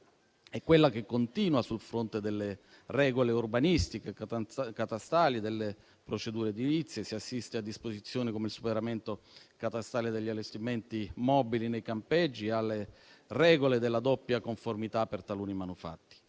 È quella che continua sul fronte delle regole urbanistiche e catastali delle procedure edilizie: si assiste a disposizioni come il superamento catastale degli allestimenti mobili nei campeggi, alle regole della doppia conformità per taluni manufatti.